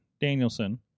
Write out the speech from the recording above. Danielson